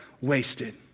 wasted